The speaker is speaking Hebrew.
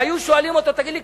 והיו שואלים אותו: תגיד לי,